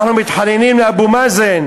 אנחנו מתחננים לאבו מאזן: